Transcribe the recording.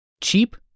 Cheap